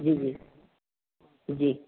جی جی جی